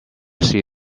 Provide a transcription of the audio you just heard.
see